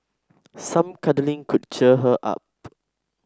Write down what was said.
some cuddling could cheer her up